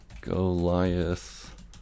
Goliath